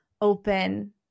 open